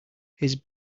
his